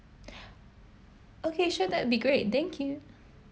okay sure that'll be great thank you